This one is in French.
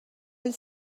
hull